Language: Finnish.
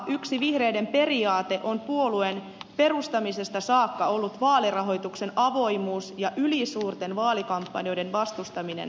yksi vihreiden periaate on puolueen perustamisesta saakka ollut vaalirahoituksen avoimuus ja ylisuurten vaalikampanjoiden vastustaminen